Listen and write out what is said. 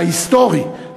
ההיסטורי,